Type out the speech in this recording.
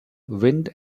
wind